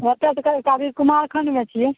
ओतएसे अभी कुमारखण्डमे छिए